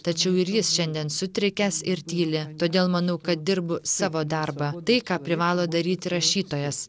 tačiau ir jis šiandien sutrikęs ir tyli todėl manau kad dirbu savo darbą tai ką privalo daryti rašytojas